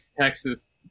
Texas